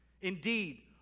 Indeed